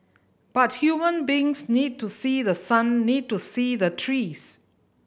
but human beings need to see the sun need to see the trees